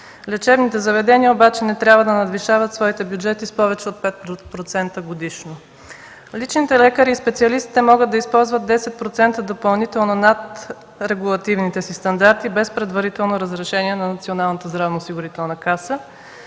Лечебните заведения обаче не трябва да надвишават своите бюджети с повече от 5% годишно. Личните лекари и специалистите могат да използват 10% допълнително над регулативните си стандарти, без предварително разрешение на Националната здравноосигурителна каса.